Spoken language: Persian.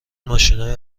ماشینای